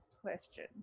question